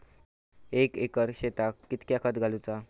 एक एकर शेताक कीतक्या खत घालूचा?